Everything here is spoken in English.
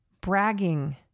bragging